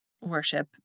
Worship